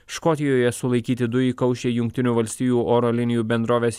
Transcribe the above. škotijoje sulaikyti du įkaušę jungtinių valstijų oro linijų bendrovės